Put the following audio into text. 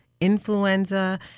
influenza